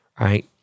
right